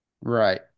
Right